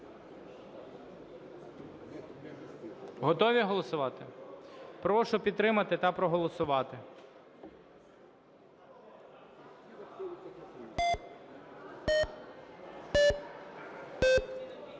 Готові голосувати? Прошу підтримати та проголосувати.